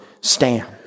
stand